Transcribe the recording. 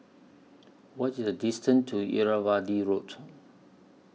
What IS The distance to Irrawaddy Road